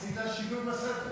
אדוני יושב-ראש הכנסת,